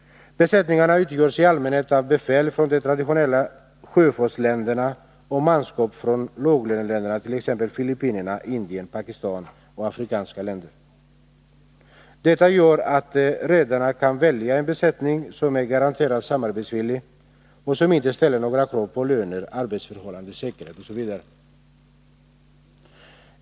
Besättningarna utgörs i allmänhet av befäl från de traditionella sjöfartsländerna och manskap från låglöneländerna, t.ex. Filippinerna, Indien, Pakistan och afrikanska länder. Detta gör att redarna kan välja en besättning som är garanterat samarbetsvillig och som inte ställer några krav på löner, arbetsförhållanden, säkerhet etc.